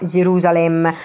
Gerusalemme